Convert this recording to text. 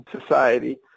Society